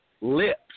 lips